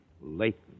Layton